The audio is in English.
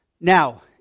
Now